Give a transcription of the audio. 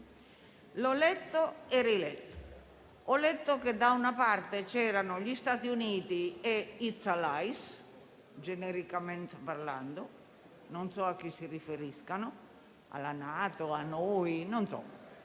L'ho letto e riletto. Ho letto che, da una parte, c'erano gli Stati Uniti e «its allies», genericamente parlando. Non so a chi si riferiscano, se alla Nato a noi.